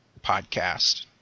podcast